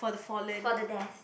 for the desk